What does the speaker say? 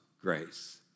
grace